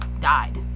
died